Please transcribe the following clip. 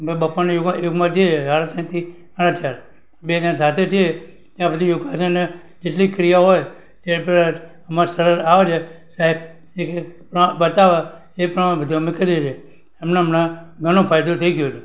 ને બપોરના યોગમાં જઈએ સાડા ત્રણથી સાડા ચાર બે ને સાથે જઈએ ત્યાં પછી યોગાસન જેટલી ક્રિયા હોય તે એમાં સર આવે છે સાહેબ એ પ્રમાણ બતાવે એ પ્રમાણે બધું અમે કરીએ એમાં ઘણો ફાયદો થઈ ગયો છે